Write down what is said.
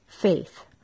faith